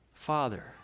Father